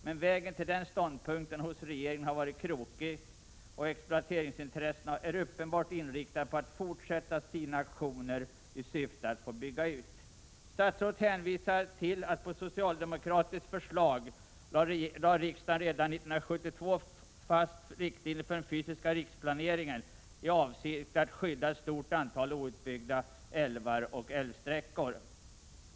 Men vägen till den ståndpunkten hos regeringen har varit krokig, och exploateringsintressena är uppenbart inriktade på att fortsätta sina aktioner i syfte att få bygga ut. Statsrådet hänvisar till att riksdagen redan år 1972 på socialdemokratiskt förslag lade fast riktlinjer i den fysiska riksplaneringen i avsikt att skydda ett stort antal outbyggda älvar och älvsträckor.